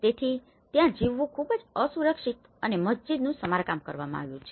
તેથી ત્યાં જીવવું ખૂબ જ અસુરક્ષિત છે અને મસ્જિદનું સમારકામ કરવામાં આવ્યું છે